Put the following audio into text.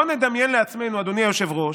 בוא נדמיין לעצמנו, אדוני היושב-ראש,